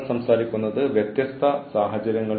നമുക്ക് അത് തുടരാം